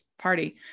party